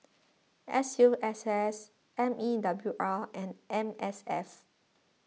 S U S S M E W R and M S F